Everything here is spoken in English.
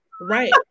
Right